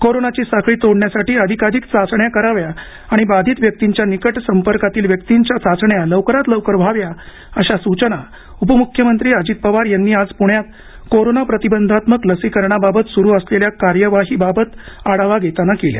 कोरोनाची साखळी तोडण्यासाठी अधिकाधिक चाचण्या कराव्या आणि बाधित व्यक्तींच्या निकट संपर्कातील व्यक्तींच्या चाचण्या लवकरात लवकर व्हाव्या अशा सूचना उपमुख्यमंत्री अजित पवार यांनी आज प्ण्यात कोरोना प्रतिबंधात्मक लसीकरणाबाबत सुरू असलेल्या कार्यवाहीबाबत आढावा घेताना केल्या